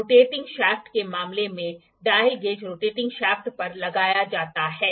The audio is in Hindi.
रोटेटिंग शाफ्ट के मामले में डायल गेज रोटेटिंग शाफ्ट पर लगाया जाता है